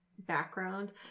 Background